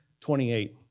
28